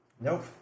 Nope